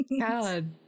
God